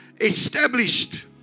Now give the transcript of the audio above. established